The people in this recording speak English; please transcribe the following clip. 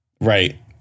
Right